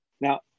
Now